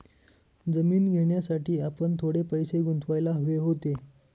जमीन घेण्यासाठी आपण थोडे पैसे गुंतवायला हवे होते